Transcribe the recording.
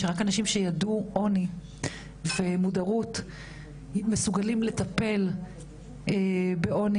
שרק אנשים שידעו עוני ומודרות מסוגלים לטפל בעוני